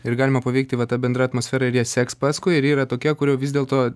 ir galima paveikti va ta bendra atmosfera ir jie seks paskui ir yra tokia kurio vis dėlto